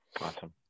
awesome